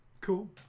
Cool